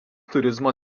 turizmo